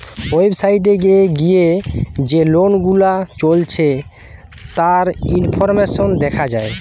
website এ গিয়ে যে লোন গুলা চলছে তার ইনফরমেশন দেখা যায়